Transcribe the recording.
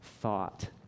thought